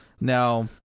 Now